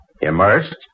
immersed